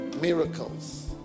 miracles